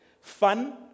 fun